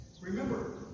Remember